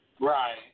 Right